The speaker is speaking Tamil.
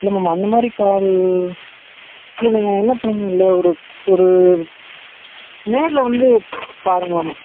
இல்லை மேம் அந்த மாதிரி கால் இல்லை நீங்கள் என்ன பண் இல்லை ஒரு ஒரு நேரில் வந்து பாருங்கள் மேம்